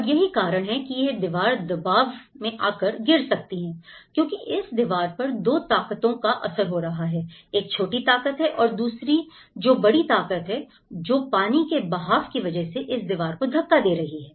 और यही कारण है कि यह दीवार दबाव में आकर गिर सकती है क्योंकि इस दीवार पर दो ताकतों का असर हो रहा है एक छोटी ताकत है और दूसरी जो बड़ी ताकत है जो पानी के बहाव की वजह से इस दीवार को धक्का दे रही है